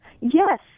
Yes